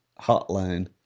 hotline